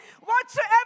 Whatsoever